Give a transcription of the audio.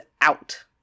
out